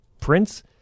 Prince